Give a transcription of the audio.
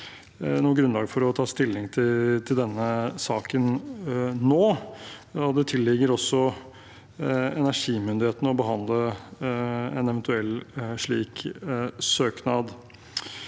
noe grunnlag for å ta stilling til denne saken nå. Det tilligger også energimyndighetene å behandle en eventuell slik søknad.